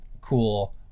cool